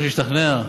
איציק, השתכנעת?